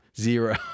zero